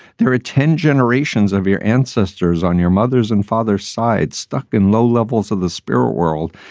there are ten generations of your ancestors on your mother's and father's side stuck in low levels of the spirit world.